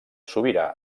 sobirà